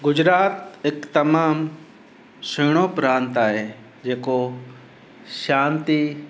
गुजरात हिकु तमामु सुहिणो प्रांत आहे जेको शांती